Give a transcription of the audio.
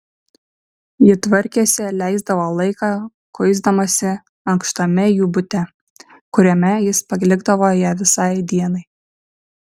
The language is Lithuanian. ji tvarkėsi leisdavo laiką kuisdamasi ankštame jų bute kuriame jis palikdavo ją visai dienai